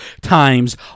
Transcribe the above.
times